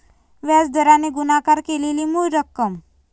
व्याज दराने गुणाकार केलेली मूळ रक्कम